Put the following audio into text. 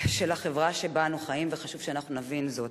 של החברה שבה אנו חיים, וחשוב שנבין זאת.